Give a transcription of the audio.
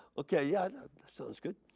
okay yeah that sounds good.